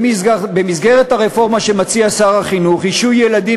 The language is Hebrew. במסגרת הרפורמה שמציע שר החינוך ישהו ילדים